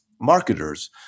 marketers